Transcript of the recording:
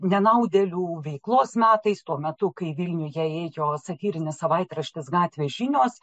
nenaudėlių veiklos metais tuo metu kai vilniuje ėjo satyrinis savaitraštis gatvės žinios